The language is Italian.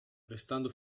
restando